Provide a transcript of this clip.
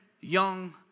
young